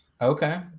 Okay